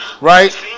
right